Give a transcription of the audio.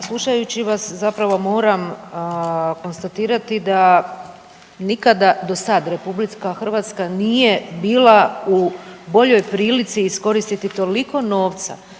slušajući vas zapravo moram konstatirati da nikada do sad Republika Hrvatska nije bila u boljoj prilici iskoristiti toliko novca